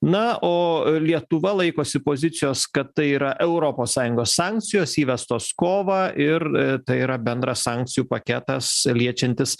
na o lietuva laikosi pozicijos kad tai yra europos sąjungos sankcijos įvestos kovą ir tai yra bendras sankcijų paketas liečiantis